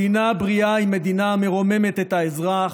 מדינה בריאה היא מדינה המרוממת את האזרח,